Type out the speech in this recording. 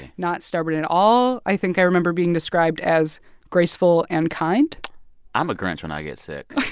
not stubborn at all. i think i remember being described as graceful and kind i'm a grinch when i get sick.